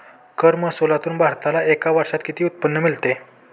कर महसुलातून भारताला एका वर्षात किती उत्पन्न मिळते?